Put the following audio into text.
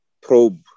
probe